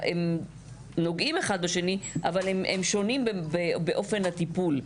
נוגעים אחד בשני אבל הם שונים באופן הטיפול.